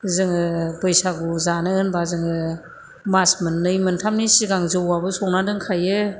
जोङो बैसागु जानो होनबा जोङो मास मोननै मोनथामनि सिगांनो जौआबो संना दोनखायो